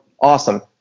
awesome